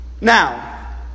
Now